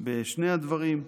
בשני הדברים.